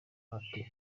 ati